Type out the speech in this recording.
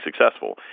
successful